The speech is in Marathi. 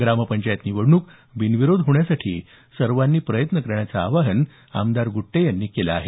ग्रामपंचायत निवडणूक बिनविरोध होण्यासाठी सर्वांनी प्रयत्न करण्याचं आवाहन आमदार गुट्टे यांनी केलं आहे